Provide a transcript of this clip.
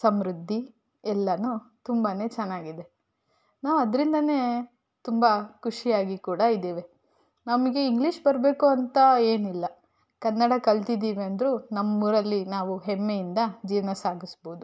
ಸಮೃದ್ಧಿ ಎಲ್ಲಾನು ತುಂಬಾ ಚೆನ್ನಾಗಿದೆ ನಾವು ಅದರಿಂದಾನೆ ತುಂಬ ಖುಷಿಯಾಗಿ ಕೂಡ ಇದ್ದೇವೆ ನಮಗೆ ಇಂಗ್ಲಿಷ್ ಬರಬೇಕು ಅಂತ ಏನಿಲ್ಲ ಕನ್ನಡ ಕಲ್ತಿದ್ದೀವಂದರೂ ನಮ್ಮೂರಲ್ಲಿ ನಾವು ಹೆಮ್ಮೆಯಿಂದ ಜೀವನ ಸಾಗಿಸ್ಬೋದು